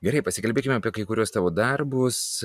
gerai pasikalbėkime apie kai kuriuos tavo darbus